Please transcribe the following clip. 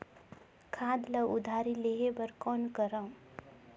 खाद ल उधारी लेहे बर कौन करव?